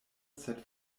sed